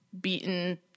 beaten